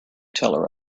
teller